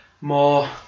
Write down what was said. more